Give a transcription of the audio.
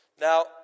Now